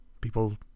people